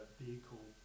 vehicle